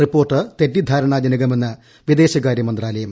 report തെറ്റിദ്ധാരണാജനകമെന്ന് വിദേശകാര്യമന്ത്രാലയം